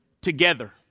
Together